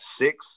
six